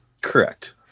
Correct